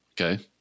Okay